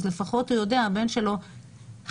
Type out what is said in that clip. אז לפחות הוא יודע שהבן שלו חלל,